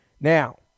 Now